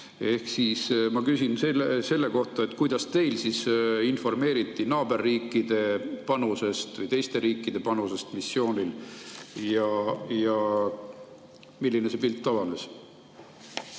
Ma küsin selle kohta, kuidas teid informeeriti naaberriikide panusest või teiste riikide panusest missioonil. Milline pilt avanes?